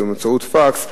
באמצעות פקס.